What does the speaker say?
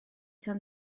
tan